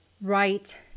right